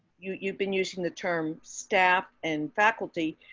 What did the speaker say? you've you've been using the term staff and faculty